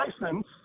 license